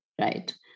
right